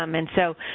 um and, so,